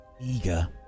eager